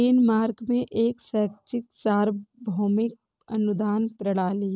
Denmark में एक शैक्षिक सार्वभौमिक अनुदान प्रणाली है